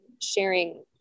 sharing